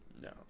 No